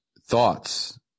thoughts